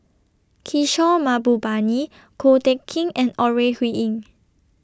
Kishore Mahbubani Ko Teck Kin and Ore Huiying